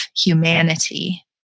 humanity